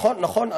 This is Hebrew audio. נכון, נכון.